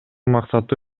максаты